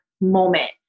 moment